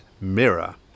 Mirror